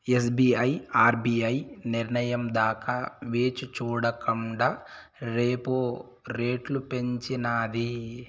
SBI RBI నిర్నయం దాకా వేచిచూడకండా రెపో రెట్లు పెంచినాది